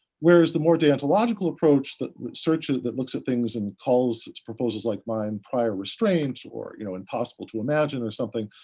whereas, the more deontological approach that searches, that looks at things, and calls to proposals like mine prior or strange or you know impossible to imagine or something,